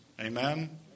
Amen